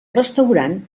restaurant